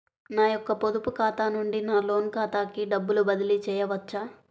నా యొక్క పొదుపు ఖాతా నుండి నా లోన్ ఖాతాకి డబ్బులు బదిలీ చేయవచ్చా?